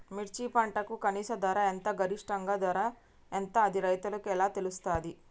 మిర్చి పంటకు కనీస ధర ఎంత గరిష్టంగా ధర ఎంత అది రైతులకు ఎలా తెలుస్తది?